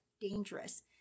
dangerous